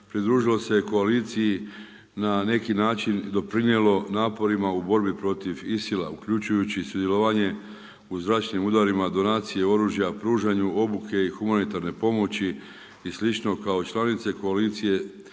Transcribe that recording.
pridružilo se koaliciji na neki način i doprinijelo naporima u borbi protiv ISIL-a uključujući sudjelovanje u zračnim udarima, donacije oružja, pružanju obuke i humanitarne pomoći i slično kao i članice koalicije